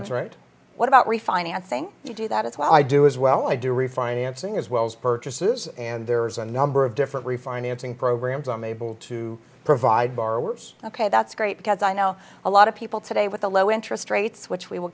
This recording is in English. it's right what about refinancing you do that as well i do as well i do refinancing as well as purchases and there is a number of different refinancing programs i'm able to provide borrowers ok that's great because i know a lot of people today with the low interest rates which we will